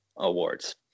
awards